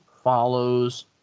follows